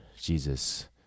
Jesus